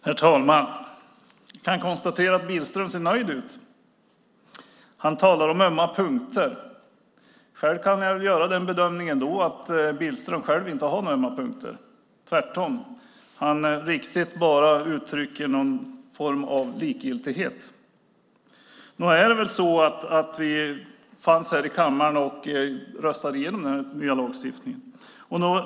Herr talman! Jag kan konstatera att Billström ser nöjd ut. Han talar om ömma punkter. Själv kan jag göra den bedömningen att Billström själv inte har några ömma punkter. Han uttrycker tvärtom någon form av likgiltighet. Nog är det så att vi fanns här i kammaren och röstade igenom den nya lagstiftningen.